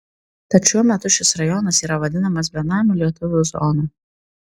tad šiuo metu šis rajonas yra vadinamas benamių lietuvių zona